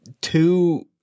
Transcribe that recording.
two